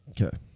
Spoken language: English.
Okay